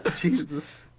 Jesus